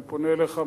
אני פונה אליך,